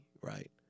right